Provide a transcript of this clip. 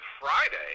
Friday